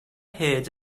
heard